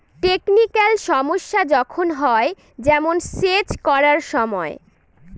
technical সমস্যা যখন হয়, যেমন সেচ করার সময়